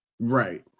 right